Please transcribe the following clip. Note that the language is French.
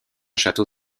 château